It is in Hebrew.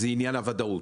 זה עניין הוודאות,